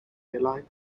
airline